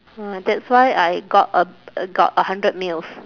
ha that's why I got a got a hundred mils